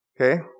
Okay